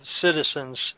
citizens